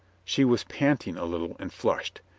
she was panting a little and flushed.